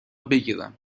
بگیرم